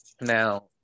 Now